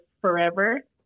forever